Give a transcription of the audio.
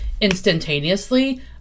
instantaneously